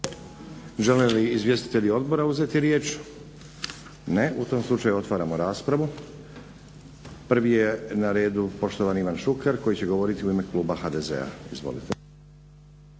Žele li izvjestitelji odbora uzeti riječ? Ne. U tom slučaju otvaramo raspravu. Prvi je na redu poštovani Ivan Šuker koji će govoriti u ime kluba HDZ-a.